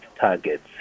targets